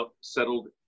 settled